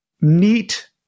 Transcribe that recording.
neat